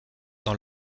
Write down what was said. dans